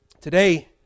Today